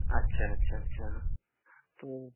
اچھا اچھا اچھا تو